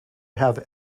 have